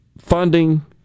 funding